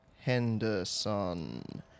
Henderson